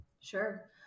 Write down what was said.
Sure